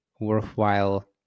worthwhile